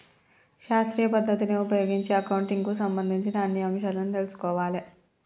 శాస్త్రీయ పద్ధతిని ఉపయోగించి అకౌంటింగ్ కి సంబంధించిన అన్ని అంశాలను తెల్సుకోవాలే